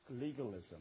legalism